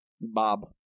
Bob